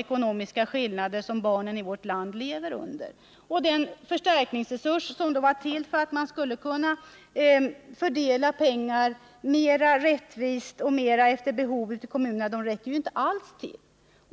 ekonomiska och sociala skillnader som barnen i vårt land lever under. Den förstärkningsresurs som var till för att man skulle kunna fördela pengar mera rättvist och efter behov ute i kommunerna räcker inte alls till.